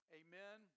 amen